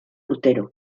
urtero